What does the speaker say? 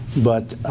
but,